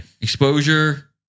Exposure